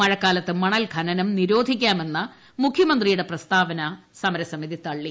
മഴക്കാലത്ത് മണൽ ഖനനം നിരോധിക്കാമെന്ന മുഖ്യമന്ത്രിയുടെ പ്രസ്താവന സമരസമിതി തള്ളി